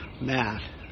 Matt